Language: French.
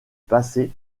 passé